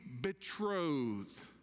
betrothed